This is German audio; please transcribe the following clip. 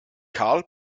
karl